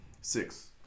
six